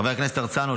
חבר הכנסת הרצנו,